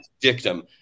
dictum